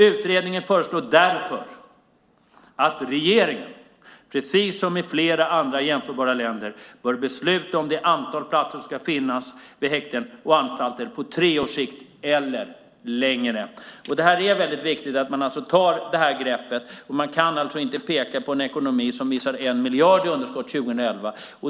Utredningen föreslår därför att regeringen, precis som i flera andra jämförbara länder, bör besluta om det antal platser som ska finnas vid häkten och anstalter på tre års sikt eller längre." Det är väldigt viktigt att man tar det här greppet. Man kan inte peka på en ekonomi som visar 1 miljard i underskott 2011.